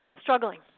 struggling